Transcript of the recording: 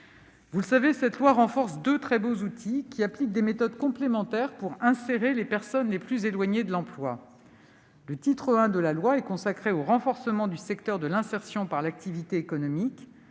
Vous le savez, ce texte renforce deux très beaux outils qui permettent d'appliquer des méthodes complémentaires pour insérer les personnes les plus éloignées de l'emploi. Le titre I est consacré au renforcement du secteur de l'insertion par l'activité économique